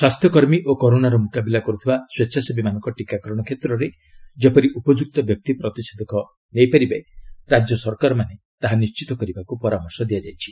ସ୍ୱାସ୍ଥ୍ୟ କର୍ମୀ ଓ କରୋନାର ମୁକାବିଲା କରୁଥିବା ସ୍ପଚ୍ଛାସେବୀମାନଙ୍କ ଟିକାକରଣ କ୍ଷେତ୍ରରେ ଯେପରି ଉପଯୁକ୍ତ ବ୍ୟକ୍ତି ପ୍ରତିଷେଧକ ନେଇପାରିବେ ରାଜ୍ୟ ସରକାରମାନେ ତାହା ନିଶ୍ଚିତ କରିବାକୁ ପରାମର୍ଶ ଦିଆଯାଇଛି